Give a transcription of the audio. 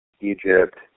Egypt